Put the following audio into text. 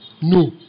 no